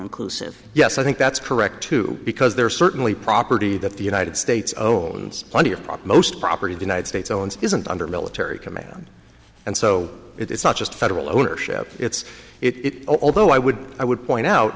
inclusive yes i think that's correct too because there are certainly property that the united states owns plenty of prop most property the united states owns isn't under military command and so it's not just federal ownership it's it although i would i would point out